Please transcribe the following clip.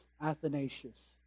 Athanasius